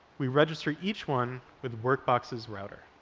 we register each one with workbox's router.